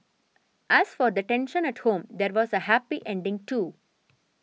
as for the tension at home there was a happy ending too